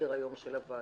לסדר-היום של הוועדה.